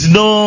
no